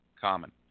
common